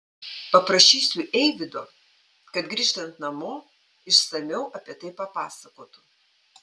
paprašysiu eivydo kad grįžtant namo išsamiau apie tai papasakotų